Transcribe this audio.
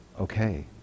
Okay